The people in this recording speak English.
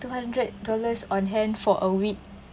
two one hundred dollars on hand for a week